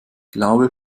glaube